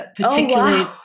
particularly